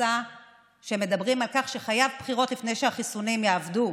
בפרסה שמדברים על כך שחייבים בחירות לפני שהחיסונים יעבדו,